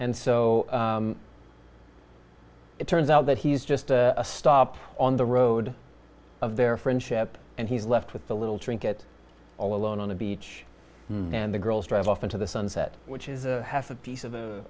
and so it turns out that he is just a stop on the road of their friendship and he's left with the little trinket all alone on the beach and the girls drive off into the sunset which is half a piece of